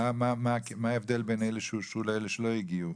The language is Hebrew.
מה ההבדל בין אלו שאושרו לאלו שלא הגיעו?